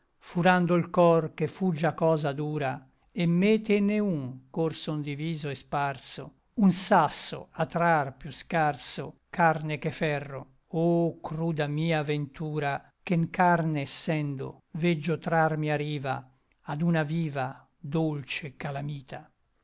furando l cor che fu già cosa dura et me tenne un ch'or son diviso et sparso un sasso a trar piú scarso carne che ferro o cruda mia ventura che n carne essendo veggio trarmi a riva ad una viva dolce calamita né l'extremo